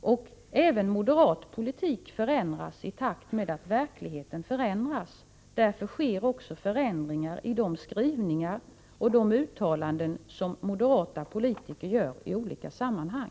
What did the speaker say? och även moderat politik förändras i takt med att verkligheten gör det. Därför sker också förändringar i de skrivningar och uttalanden, som moderata politiker gör i olika sammanhang.